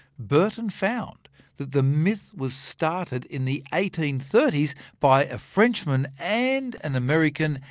burton found that the myth was started in the eighteen thirty s by a frenchman and an american,